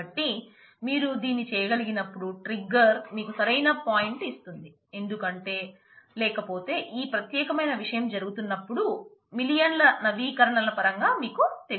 కాబట్టి మరియు మీరు దీన్ని చేయగలిగినప్పుడు ట్రిగ్గర్ మీకు సరైన పాయింట్ ఇస్తుంది ఎందుకంటే లేకపోతే ఈ ప్రత్యేకమైన విషయం జరుగుతున్నప్పుడు మిలియన్ల నవీకరణల పరంగా మీకు తెలియదు